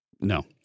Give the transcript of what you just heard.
No